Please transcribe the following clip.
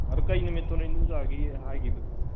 ꯑꯗꯨ ꯀꯩ ꯅꯨꯃꯤꯠꯇꯅꯣ ꯏꯟꯗꯣꯟꯆꯥꯒꯤ ꯍꯥꯏꯒꯤꯕꯗꯨꯕꯣ